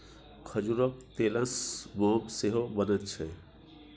खजूरक तेलसँ मोम सेहो बनैत छै